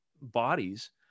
bodies